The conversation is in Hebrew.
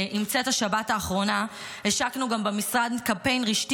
עם צאת השבת האחרונה השקנו גם במשרד קמפיין רשתי